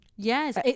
Yes